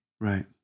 Right